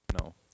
No